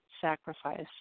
sacrifice